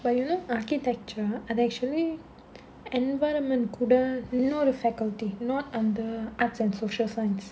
but you know architecture are actually environment கூட இன்னொரு:koooda innoru faculty not under arts and social science